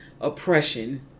oppression